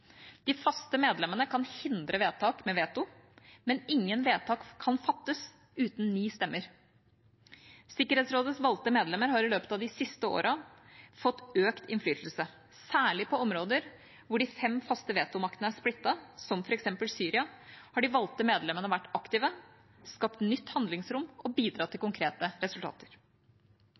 De faste medlemmene kan hindre vedtak med veto, men ingen vedtak kan fattes uten ni stemmer. Sikkerhetsrådets valgte medlemmer har i løpet av de siste årene fått økt innflytelse. Særlig på områder hvor de fem faste vetomaktene er splittet, som f.eks. Syria, har de valgte medlemmene vært aktive, skapt nytt handlingsrom og bidratt til konkrete resultater.